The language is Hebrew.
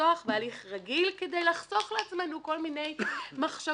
לפתוח בהליך רגיל כדי לחסוך לעצמנו כל מיני מחשבות,